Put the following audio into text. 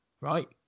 right